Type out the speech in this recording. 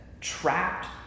trapped